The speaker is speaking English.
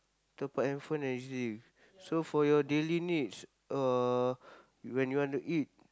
top-up handphone and E_Z-link so for your daily needs uh when you want to eat